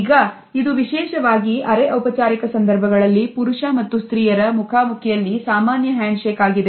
ಈಗ ಇದು ವಿಶೇಷವಾಗಿ ಅರೆ ಔಪಚಾರಿಕ ಸಂದರ್ಭಗಳಲ್ಲಿ ಪುರುಷ ಮತ್ತು ಸ್ತ್ರೀಯರ ಮುಖಾಮುಖಿಯಲ್ಲಿ ಸಾಮಾನ್ಯ ಹ್ಯಾಂಡ್ ಶೇಕ್ ಆಗಿದೆ